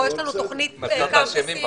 פה יש לנו תוכנית קמפוסים.